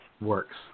works